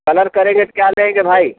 colour करेंगे तो क्या लेंगे भाई